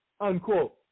Unquote